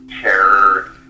terror